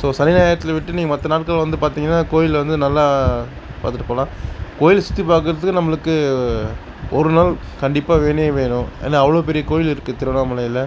so சனி ஞாயிறுத்தில் விட்டு நீங்கள் மற்ற நாட்கள் வந்து பார்த்திங்கனா கோயிலை வந்து நல்லா பார்த்துட்டு போகலாம் கோயில் சுற்றி பார்க்குறதுக்கு நம்பளுக்கு ஒரு நாள் கண்டிப்பாக வேணைவே வேணும் ஏனால் அவ்வளோ பெரிய கோயில் இருக்குது திருவண்ணாமலையில்